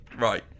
Right